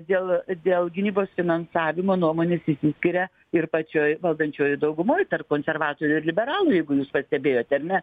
dėl dėl gynybos finansavimo nuomonės išsiskiria ir pačioj valdančiojoj daugumoj tarp konservatorių ir liberalų jeigu jūs pastebėjote ar ne